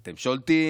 שולטים.